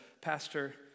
pastor